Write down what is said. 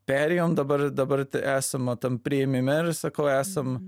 perėjom dabar dabar esam tam priėmime ir sakau esam